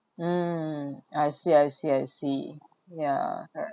mm I see I see I see ya correct